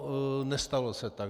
No, nestalo se tak.